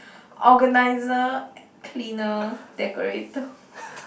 organizer cleaner decorator